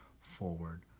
forward